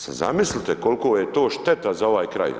Sad zamislite koliko je to šteta za ovaj kraj.